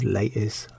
latest